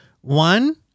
One